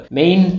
main